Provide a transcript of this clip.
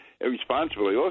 irresponsibly